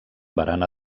barana